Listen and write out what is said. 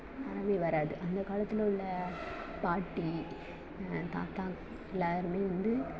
நோயே வராது அந்த காலத்தில் உள்ள பாட்டி தாத்தா எல்லாருமே வந்து